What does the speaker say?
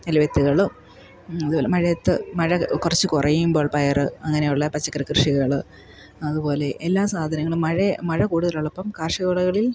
നെല്ല് വിത്തുകളും അതുപോലെ മഴയത്ത് മഴ കുറച്ച് കുറയുമ്പോൾ പയറ് അങ്ങനെയുള്ള പച്ചക്കറി കൃഷികൾ അതുപോലെ എല്ലാ സാധനങ്ങളും മഴയെ മഴ കൂടുതലുള്ളപ്പം കാർഷികവിളകളിൽ